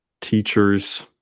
teachers